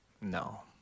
No